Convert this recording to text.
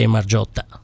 Margiotta